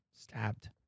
stabbed